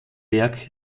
werk